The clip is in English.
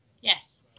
Yes